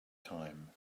time